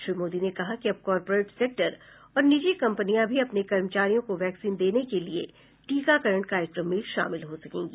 श्री मोदी ने कहा कि अब कॉरपोरेट सेक्टर और निजी कंपनियां भी अपने कर्मचारियों को वैक्सीन देने के लिए टीकाकरण कार्यक्रम में शामिल हो सकेंगी